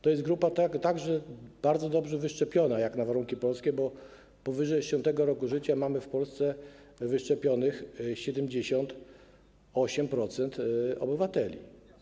To jest grupa także bardzo dobrze wyszczepiona jak na warunki polskie, bo powyżej 60. roku życia mamy w Polsce wyszczepionych 78% obywateli.